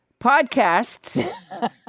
podcasts